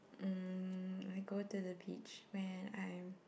mm I go to the beach when I'm